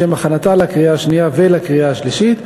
לשם הכנתה לקריאה השנייה ולקריאה השלישית.